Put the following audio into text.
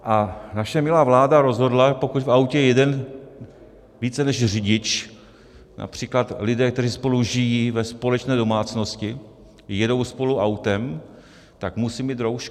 A naše milá vláda rozhodla, pokud v autě jede více než řidič, například lidé, kteří spolu žijí ve společné domácnosti, jedou spolu autem, tak musí mít roušky.